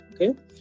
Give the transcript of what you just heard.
okay